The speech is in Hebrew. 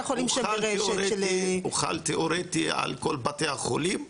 החולים של --- הוחל תיאורטית על כל בתי החולים,